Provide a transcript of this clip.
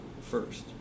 first